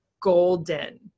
golden